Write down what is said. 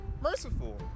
merciful